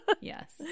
Yes